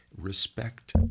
respect